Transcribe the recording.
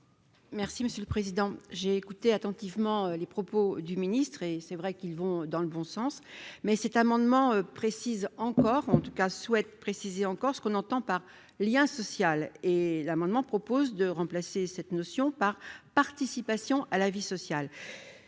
Merci monsieur le président, j'ai écouté attentivement les propos du ministre et c'est vrai qu'ils vont dans le bon sens, mais cet amendement précise encore en tout cas, souhaite préciser encore ce qu'on entend par lien social et l'amendement propose de remplacer cette notion par participation à la vie sociale,